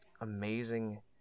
amazing